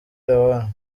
leone